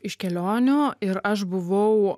iš kelionių ir aš buvau